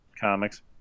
comics